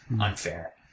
unfair